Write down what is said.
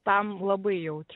tam labai jautrios